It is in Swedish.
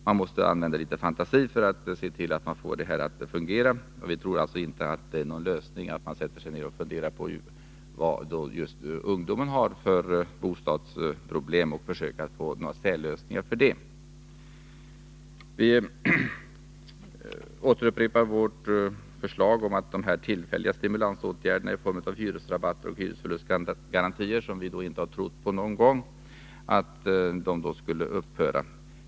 Man måste använda litet fantasi för att få det här att fungera, och vi tror inte att det är någon lösning att fundera just på vad ungdomen har för bostadsproblem och finna särlösningar för det. Vi återupprepar vårt förslag om att tillfälliga stimulansåtgärder i form av hyresrabatter och hyresförlustgarantier, som vi inte har trott på någon gång, skulle upphöra.